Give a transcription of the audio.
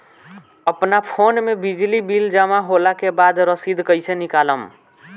अपना फोन मे बिजली बिल जमा होला के बाद रसीद कैसे निकालम?